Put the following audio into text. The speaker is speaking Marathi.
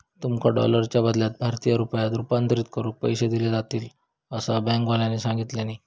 तुमका डॉलरच्या बदल्यात भारतीय रुपयांत रूपांतरीत करून पैसे दिले जातील, असा बँकेवाल्यानी सांगितल्यानी